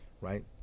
right